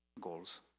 goals